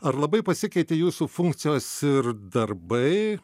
ar labai pasikeitė jūsų funkcijos ir darbai